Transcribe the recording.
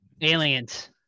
Aliens